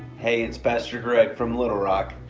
hey it's pastor greg from little rock.